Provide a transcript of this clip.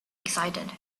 excited